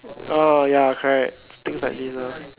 orh ya correct things like these lor